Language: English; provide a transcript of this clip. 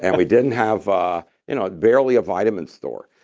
and we didn't have ah you know barely a vitamin store.